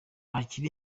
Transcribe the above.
hakiri